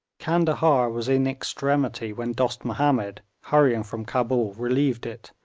candahar was in extremity when dost mahomed, hurrying from cabul, relieved it,